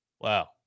wow